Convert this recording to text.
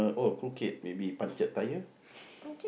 but oh crooked maybe punctured tyre